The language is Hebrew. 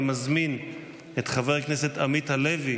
אני מזמין את חבר הכנסת עמית הלוי,